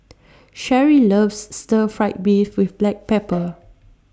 Sherri loves Stir Fry Beef with Black Pepper